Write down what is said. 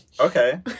Okay